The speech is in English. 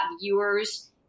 viewers